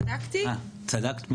משרד הכלכלה.